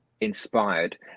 inspired